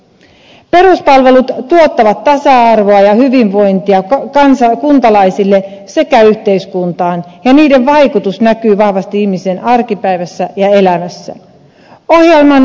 peruspalvelut tuottavat tasa arvoa ja hyvinvointia kuntalaisille sekä yhteiskuntaan ja niiden vaikutus näkyy vahvasti ihmisen arkipäivässä ja elämässä